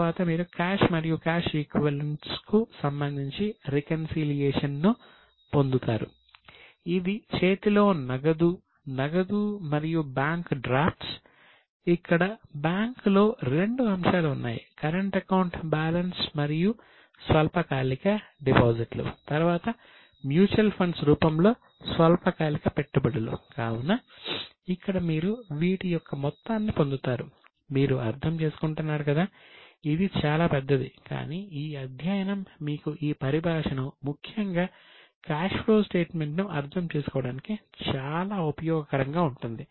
తరువాత మీరు క్యాష్ను అర్థం చేసుకోవడానికి చాలా ఉపయోగకరంగా ఉంటుంది